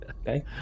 Okay